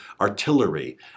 artillery